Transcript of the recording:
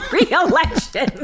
reelection